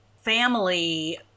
family